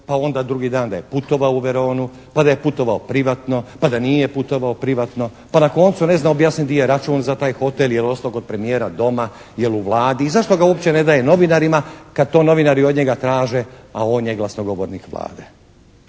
pa onda drugi dan da je putovao u Veronu, pa da je putovao privatno, pa da nije putovao privatno, pa na koncu ne zna objasniti gdje je račun za taj hotel. Jel ostao kod premijera doma, jel u Vladi i zašto ga uopće ne daje novinarima kad to novinari od njega traže a on je glasnogovornik Vlade.